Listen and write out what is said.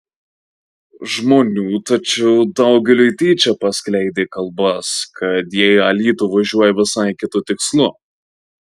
žmonių tačiau daugeliui tyčia paskleidė kalbas kad jie į alytų važiuoja visai kitu tikslu